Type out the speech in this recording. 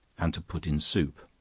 and to put in soup.